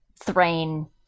Thrain